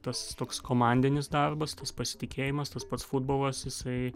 tas toks komandinis darbas tas pasitikėjimas tas pats futbolas jisai